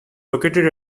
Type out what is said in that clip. located